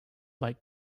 like